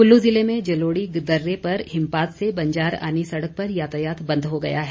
कुल्लू जिले में जलोड़ी दर्रे पर हिमपात से बंजार आनी सड़क पर यातायात बंद हो गया हैं